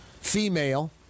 female